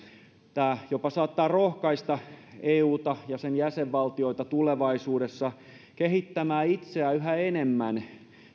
tämä jopa saattaa rohkaista euta ja sen jäsenvaltioita tulevaisuudessa kehittämään itseään yhä enemmän